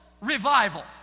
revival